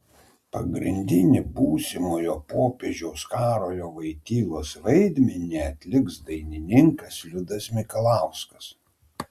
pagrindinį būsimojo popiežiaus karolio vojtylos vaidmenį atliks dainininkas liudas mikalauskas